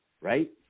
right